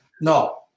No